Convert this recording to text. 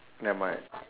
nevermind